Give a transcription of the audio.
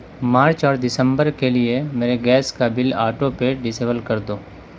مارچ اور دسمبر کے لیے میرے گیس کا بل آٹو پے ڈسیبل کر دو